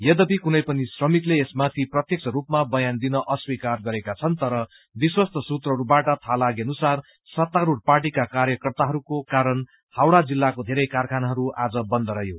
यद्यपि कुनै पनि श्रमिकले यसमाथि प्रत्यक्ष स्लपमा बयान दिन अस्वीकार गरेका छन् तर विश्वस्त सूत्रहरूबाट थाहा लागे अनुसार सत्तारूढ़ पार्टीका कार्यकर्ताहरूको कारण हावड़ा जिल्लाको धेरै कारखानाहरू बन्द रहयो